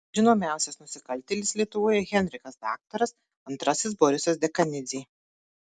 žinomiausias nusikaltėlis lietuvoje henrikas daktaras antrasis borisas dekanidzė